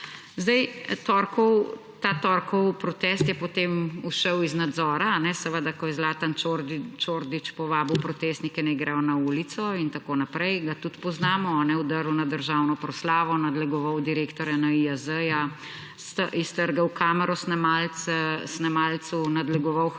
torkov, ta torkov protest je potem ušel iz nadzora, a ne. Seveda, ko je Zlatan Čordić povabil protestnike, naj gredo na ulico in tako naprej. Ga tudi poznamo, a ne, vdrl na državno proslavo, nadlegoval direktorja NIJZ-ja, iztrgal kamero snemalcu, nadlegoval harmonikarja